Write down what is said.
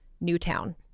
Newtown